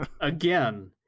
again